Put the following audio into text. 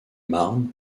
marnes